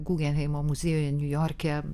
gugenheimo muziejuje niujorke